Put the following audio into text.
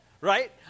Right